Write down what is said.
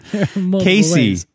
Casey